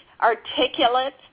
articulate